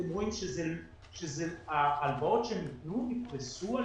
אתם רואים שההלוואות שניתנו נתפסו על